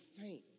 faint